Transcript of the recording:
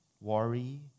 worry